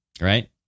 Right